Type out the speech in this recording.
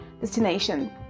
destination